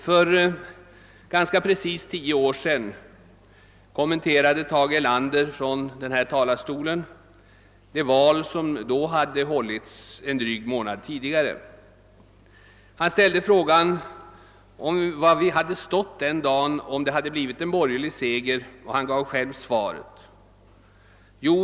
För ganska precis tio år sedan kommenterade Tage Erlander från denna talarstol det val som då hade hållits en dryg månad tidigare. Han ställde frågan var vi denna dag skulle ha stått, om det hade blivit en borgerlig seger. Han gav själv svaret.